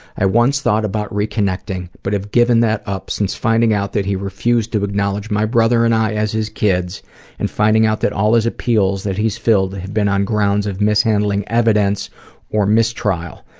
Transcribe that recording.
i once thought about reconnecting, but have given that up since finding out that he refused to acknowledge my brother and i as his kids and finding out that all his appeals that he's filled have been on grounds of mishandling evidence or mistrial.